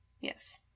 Yes